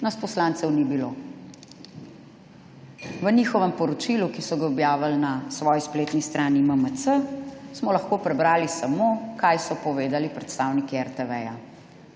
nas poslancev ni bilo. V njihovem poročilu, ki so ga objavili na svoji spletni strani MMC, smo lahko prebrali samo, kaj so povedali predstavniki RTV.